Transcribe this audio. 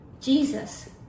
Jesus